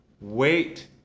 Wait